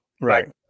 Right